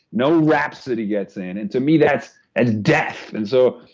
no rhapsody gets in, and to me that's a death. and so,